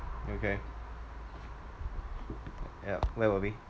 okay yup where were we